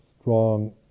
strong